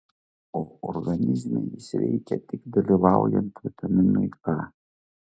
o organizme jis veikia tik dalyvaujant vitaminui k